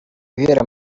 guhera